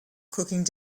cooking